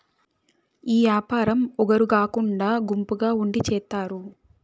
ఈ యాపారం ఒగరు కాకుండా గుంపుగా ఉండి చేత్తారు